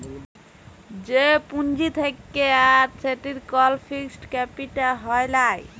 যে পুঁজি থাক্যে আর সেটির কল ফিক্সড ক্যাপিটা হ্যয় লায়